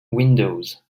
windows